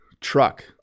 truck